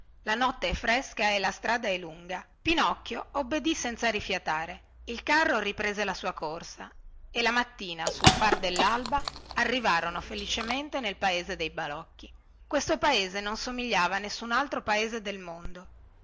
la notte è fresca e la strada è lunga pinocchio obbedì senza rifiatare il carro riprese la sua corsa e la mattina sul far dellalba arrivarono felicemente nel paese dei balocchi questo paese non somigliava a nessun altro paese del mondo